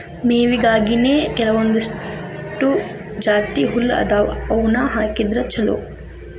ಮೇವಿಗಾಗಿನೇ ಕೆಲವಂದಿಷ್ಟು ಜಾತಿಹುಲ್ಲ ಅದಾವ ಅವ್ನಾ ಹಾಕಿದ್ರ ಚಲೋ